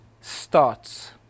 starts